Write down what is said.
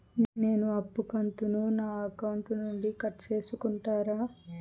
నేను అప్పు కంతును నా అకౌంట్ నుండి కట్ సేసుకుంటారా?